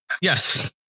Yes